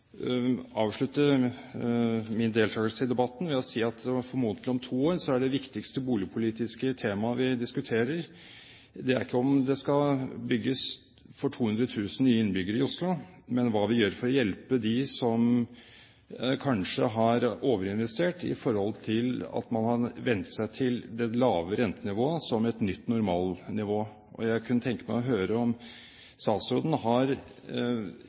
avslutte min deltagelse i debatten med å si at om to år er det viktigste boligpolitiske temaet vi diskuterer, formodentlig ikke om det skal bygges for 200 000 nye innbyggere i Oslo, men hva vi gjør for å hjelpe dem som kanskje har overinvestert i forhold til at man har vent seg til det lave rentenivået som et nytt normalnivå. Jeg kunne tenke meg å høre om statsråden har